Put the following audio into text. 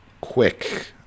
Quick